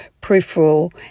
peripheral